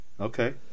Okay